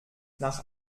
nach